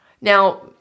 Now